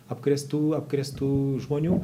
apkrėstų apkrėstų žmonių